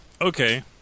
okay